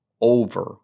over